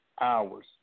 hours